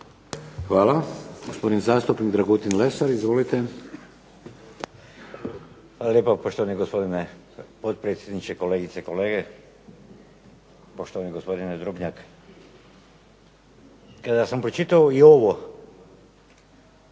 laburisti - Stranka rada)** Hvala lijepo poštovani gospodine potpredsjedniče, kolegice i kolege, poštovani gospodine Drobnjak. Kada sam pročitao i ovo